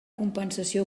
compensació